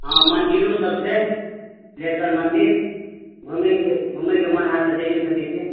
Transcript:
हँ मन्दिरो सब छै विदेश्वर मन्दिर घुमैके मन होयत तऽ जाइओ सकै छी